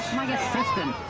assistant.